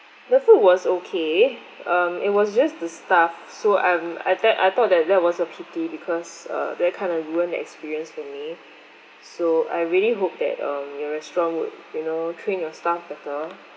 the food was okay um it was just the staff so I'm at that I thought that that was a pity because uh that kind of ruined the experience for me so I really hope that um your restaurant would you know train your staff better